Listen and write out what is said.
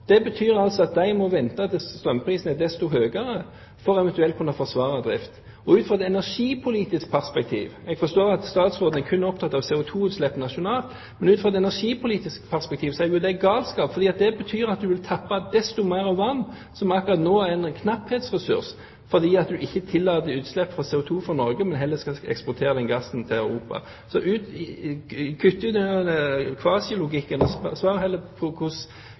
Det betyr altså at de må vente til strømprisene er desto høyere for eventuelt å kunne forsvare drift. Ut fra et energipolitisk perspektiv – jeg forstår at statsråden kun er opptatt av CO2-utslipp nasjonalt – er det galskap. Det betyr at en vil tappe desto mer vann, som akkurat nå er en knapphetsressurs, fordi en ikke tillater CO2-utslipp fra Norge, men heller skal eksportere gassen til Europa. Så kutt ut kvasilogikken, og svar heller på hvordan dette vil påvirke kraftforsyningen i Norge – om en ikke heller